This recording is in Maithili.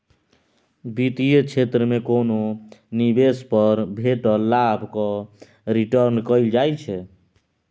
बित्तीय क्षेत्र मे कोनो निबेश पर भेटल लाभ केँ रिटर्न कहल जाइ छै